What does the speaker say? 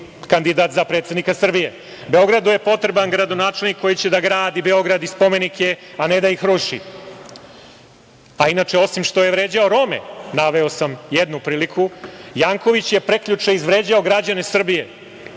kandidat za predsednika Srbije. Beogradu je potreban gradonačelnik koji će da gradi Beograd, i spomenike, a ne da ih ruši. Inače, osim što je vređao Rome, naveo sam jednu priliku, Janković je prekjuče izvređao građane Srbije